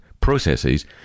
processes